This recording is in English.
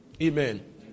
Amen